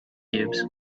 cubes